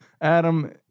Adam